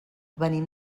venim